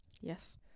yes